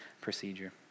procedure